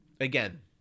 again